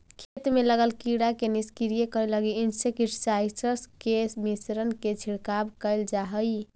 खेत में लगल कीड़ा के निष्क्रिय करे लगी इंसेक्टिसाइट्स् के मिश्रण के छिड़काव कैल जा हई